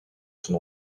son